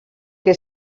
que